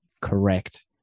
Correct